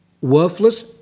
worthless